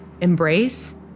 embrace